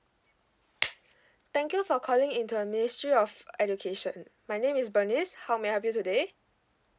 thank you for calling into the ministry of education my name is bernice how may I help you today